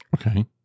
Okay